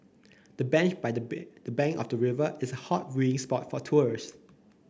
the bench by the bank the bank of the river is a hot viewing spot for tourist